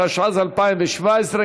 התשע"ז 2017,